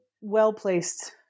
well-placed